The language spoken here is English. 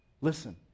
Listen